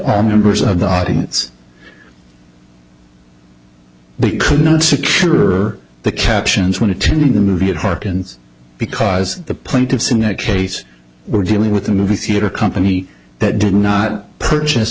all members of the audience we could not secure the captions when attending the movie it hearkens because the plaintiffs in that case were dealing with a movie theater company that did not purchase